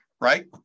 right